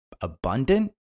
abundant